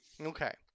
Okay